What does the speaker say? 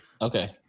Okay